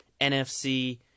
NFC